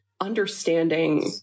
understanding